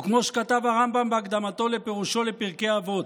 וכמו שכתב הרמב"ם בהקדמתו לפירושו לפרקי אבות,